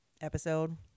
episode